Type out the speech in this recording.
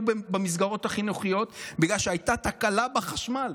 במסגרות חינוכיות במשך חודש שלם בגלל שהייתה תקלה בחשמל.